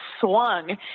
swung